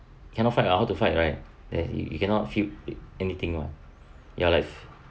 cannot fight ah how to fight right then you cannot feel anything [one] ya like